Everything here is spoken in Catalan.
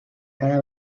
cada